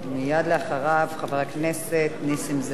מייד אחריו, חבר הכנסת נסים זאב.